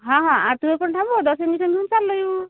हं हं आरती होईपरंत थांबू दर्शन बिर्शन घ्यून चाललं यू